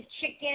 chicken